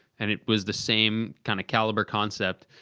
and it was the same kind of caliber concept.